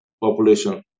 population